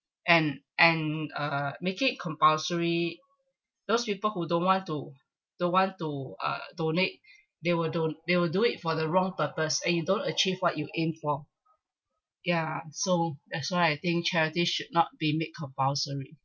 and and uh make it compulsory those people who don't want to don't want to uh donate they will don~ they will do it for the wrong purpose and you don't achieve what you aim for ya so that's why I think charity should not be made compulsory